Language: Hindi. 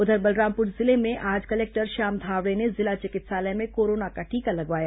उधर बलरामपुर जिले में आज कलेक्टर श्याम धावड़े ने जिला चिकित्सालय में कोरोना का टीका लगवाया